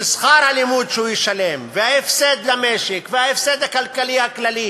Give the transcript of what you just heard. של שכר הלימוד שהוא ישלם וההפסד למשק וההפסד הכלכלי הכללי,